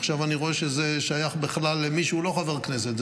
עכשיו אני רואה שזה שייך בכלל למי שהוא לא חבר הכנסת.